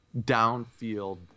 downfield